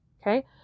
Okay